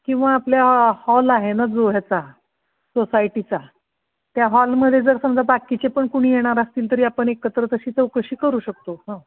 किंवा आपल्या हॉल आहे ना जो ह्याचा सोसायटीचा त्या हॉलमध्ये जर समजा बाकीचे पण कुणी येणार असतील तरी आपण एकत्र तशी चौकशी करू शकतो हां